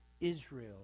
Israel